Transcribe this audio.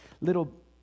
little